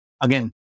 Again